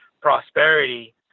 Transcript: prosperity